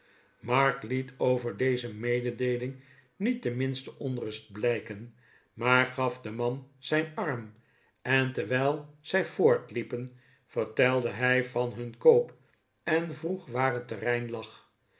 mark liet over deze mededeeling niet de minste onrust blijken maar gaf den man zijn arm en terwijl zij voortliepen vertelde hij van hun koop en vroeg waar het terrein